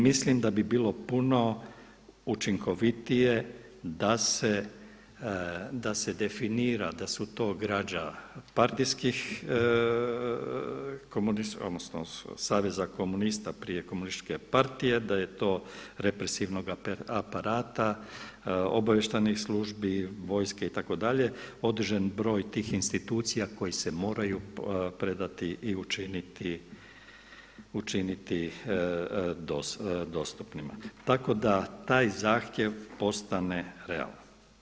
Mislim da bi bilo puno učinkovitije da se definira da su to građa partijskih odnosno Saveza komunista prije komunističke partije, da je to represivnog aparata, obavještajnih službi, vojske itd. određeni broj tih institucija koji se moraju predati i učiniti dostupnima, tako da taj zahtjev postane realan.